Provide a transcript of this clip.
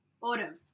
autumn